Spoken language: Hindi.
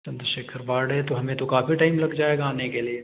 चन्द्रशेखर वार्ड है तो हमें तो काफ़ी टाइम लग जाएगा आने के लिए